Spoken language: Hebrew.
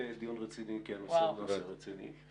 דיון רציני כי הנושא הוא נושא רציני,